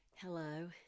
Hello